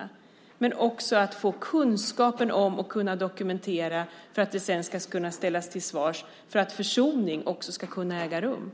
Det handlar också om att få kunskap och kunna dokumentera detta för att någon ska kunna ställas till svars och för att försoning också ska kunna äga rum.